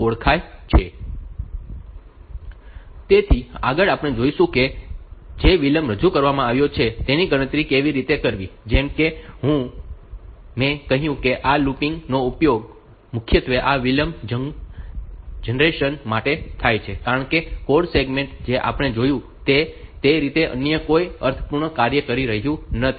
તેથી આગળ આપણે જોઈશું કે જે વિલંબ રજૂ કરવામાં આવ્યો છે તેની ગણતરી કેવી રીતે કરવી જેમ કે મેં કહ્યું કે આ લૂપિંગ નો ઉપયોગ મુખ્યત્વે આ વિલંબ જનરેશન માટે થાય છે કારણ કે કોડ સેગ્મેન્ટ જે આપણે જોયું છે તે તે રીતે અન્ય કોઈ અર્થપૂર્ણ કાર્ય કરી રહ્યું નથી